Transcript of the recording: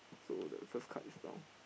so the first card is down